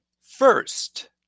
First